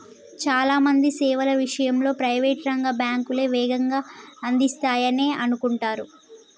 చాలా మంది సేవల విషయంలో ప్రైవేట్ రంగ బ్యాంకులే వేగంగా అందిస్తాయనే అనుకుంటరు